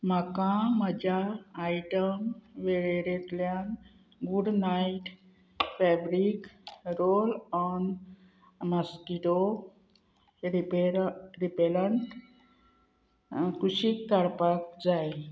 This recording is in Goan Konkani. म्हाका म्हज्या आयटम वेळेरेंतल्यान good night fabric roll on mosquito repair repellent कुशीक काडपाक जाय